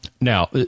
Now